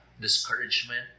discouragement